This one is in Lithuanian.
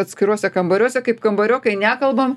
atskiruose kambariuose kaip kambariokai nekalbam